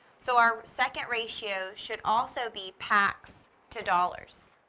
so our second ratio should also be packs to dollars.